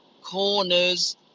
corners